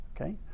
okay